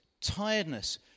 tiredness